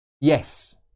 Yes